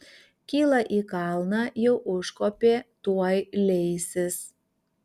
kyla į kalną jau užkopė tuoj leisis